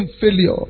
failure